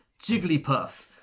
Jigglypuff